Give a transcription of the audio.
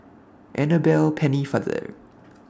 Annabel Pennefather